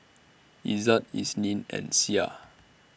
Izzat Isnin and Syah